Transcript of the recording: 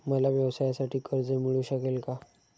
मला व्यवसायासाठी कर्ज मिळू शकेल का?